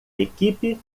equipe